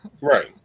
Right